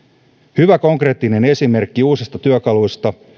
hyvä konkreettinen esimerkki uusista työkaluista